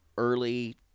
early